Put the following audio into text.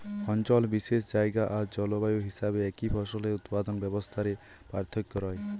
অঞ্চল বিশেষে জায়গা আর জলবায়ু হিসাবে একই ফসলের উৎপাদন ব্যবস্থা রে পার্থক্য রয়